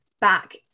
back